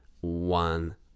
one